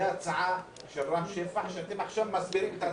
זה הצעה של רם שפע שאתם עכשיו מסבירים.